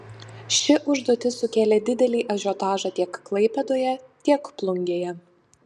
ši užduotis sukėlė didelį ažiotažą tiek klaipėdoje tiek plungėje